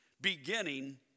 beginning